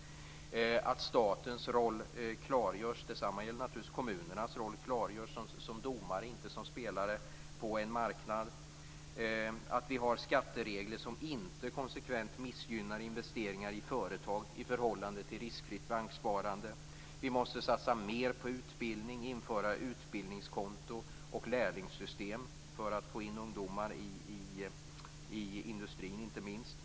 Statens roll måste klargöras. Detsamma gäller naturligtvis att kommunernas roll som domare, inte som spelare, på en marknad måste klargöras. Vi måste ha skatteregler som inte konsekvent missgynnar investeringar i företag i förhållande till riskfritt banksparande. Vi måste satsa mer på utbildning, införa utbildningskonto och lärlingssystem, för att få in ungdomar inte minst i industrin.